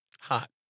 Hot